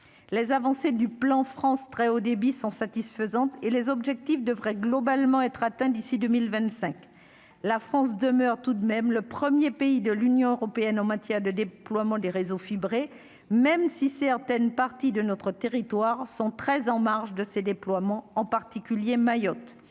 les avancées du plan France très Haut débit 100 satisfaisante et les objectifs devrait globalement être atteint d'ici 2025 la France demeure tout de même le 1er pays de l'Union européenne en matière de déploiement des réseaux fibré, même si certaines parties de notre territoire 113 en marge de ces déploiements en particulier Mayotte